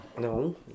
No